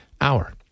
hour